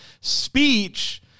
speech